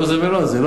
לא זה ולא זה.